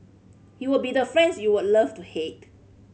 you would be the friends you would love to hate